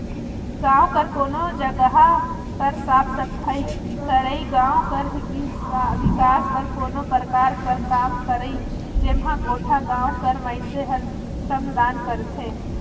गाँव कर कोनो जगहा कर साफ सफई करई, गाँव कर बिकास बर कोनो परकार कर काम करई जेम्हां गोटा गाँव कर मइनसे हर श्रमदान करथे